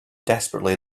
desperately